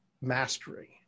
mastery